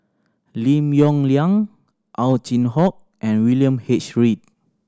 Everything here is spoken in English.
Lim Yong Liang Ow Chin Hock and William H Read